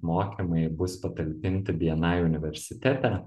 mokymai bus patalpinti bni universitete